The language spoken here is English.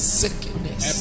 sickness